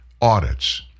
audits